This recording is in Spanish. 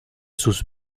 sus